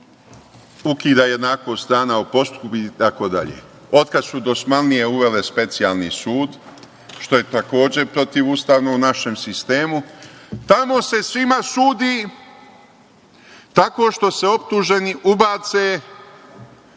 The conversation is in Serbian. ukida jednakost strana o postupku i tako dalje. Od kad su dosmanlije uvele Specijalni sud, što je takođe protivustavno u našem sistemu, tamo se svima sudi tako što se optuženi ubace…Kako